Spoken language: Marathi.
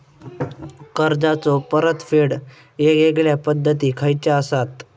कर्जाचो परतफेड येगयेगल्या पद्धती खयच्या असात?